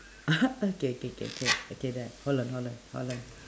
okay k k k k done hold on hold on hold on